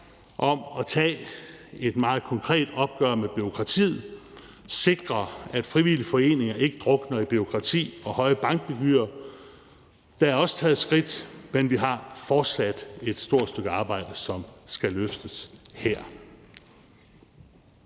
om at tage et meget konkret opgør med bureaukratiet, sikre, at frivillige foreninger ikke drukner i bureaukrati og høje bankgebyrer. Der er også taget skridt, men vi har fortsat et stort stykke arbejde, som skal løftes her.